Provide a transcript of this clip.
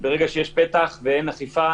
ברגע שיש פתח ואין אכיפה